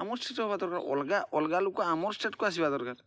ଆମର ଷ୍ଟେଟ୍ ହେବା ଦରକାର ଅଲଗା ଅଲଗା ଲୋକ ଆମର ଷ୍ଟେଟ୍କୁ ଆସିବା ଦରକାର